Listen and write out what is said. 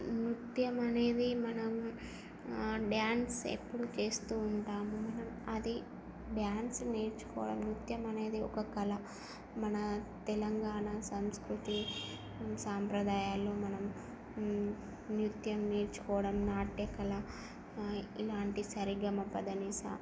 నృత్యం అనేది మనం డ్యాన్స్ ఎప్పుడు చేస్తూ ఉంటాము మనం అది డ్యాన్స్ నేర్చుకోవడం నృత్యం అనేది ఒక కళ మన తెలంగాణ సంస్కృతి సాంప్రదాయాలు మనం నిత్యం నేర్చుకోవడం నాట్య కళ ఇలాంటి సరిగమ పదనిస